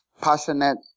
passionate